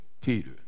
Peter